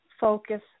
focus